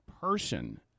person